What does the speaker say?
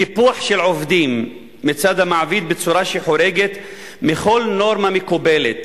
קיפוח של עובדים מצד המעביד בצורה שחורגת מכל נורמה מקובלת